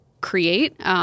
create